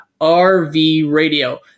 RVRADIO